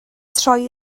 troi